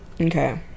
Okay